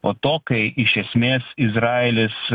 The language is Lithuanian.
po to kai iš esmės izraelis